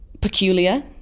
peculiar